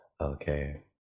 Okay